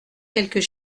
quelques